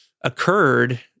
occurred